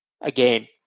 again